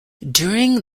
during